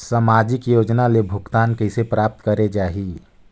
समाजिक योजना ले भुगतान कइसे प्राप्त करे जाहि?